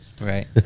right